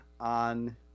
on